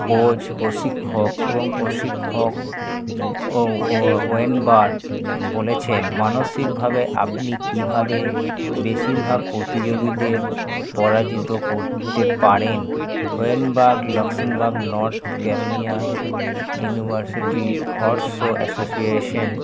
coach প্রশিক্ষক এবং প্রশিক্ষক ও ও ওয়েনবার্ন বলেছেন মানসিকভাবে আপনি কীভাবে বেশিরভাগ পোতিযোগীদের পরাজিত করতে পারেন Weinberg Luxembourg North Carolina university horse show association